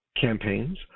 campaigns